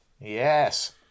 Yes